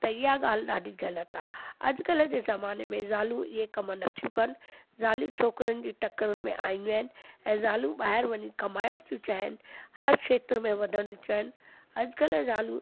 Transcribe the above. त इहा ॻाल्हि ॾाढी गलत आ अॼुकल्ह जे ज़माने में ज़ालू इहे कमु नथियूं कनि ज़ालियूं छोकरनि जे टकरुनि में आयूं आहिनि ऐं ज़ालू ॿाहिरि वञी कमाइण ती चाहिन हर खेत्र में वधणु चाहिन अॼुकल्ह ज़ालू